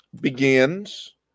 begins